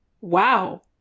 Wow